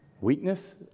Weakness